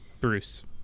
Bruce